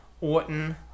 Orton